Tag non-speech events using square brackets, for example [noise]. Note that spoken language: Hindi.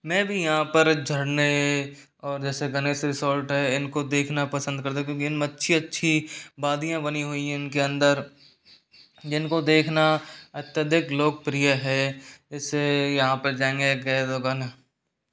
मैं भी यहाँ पर झरने और जैसे गणेश रिसोर्ट है इनको देखना पसंद करता हूँ क्योंकि इनमें अच्छी अच्छी वादियाँ बनी हुई हैं उनके अन्दर जिनको देखना अत्यधिक लोकप्रिय है इससे यहाँ पर जायेंगे [unintelligible]